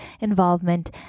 involvement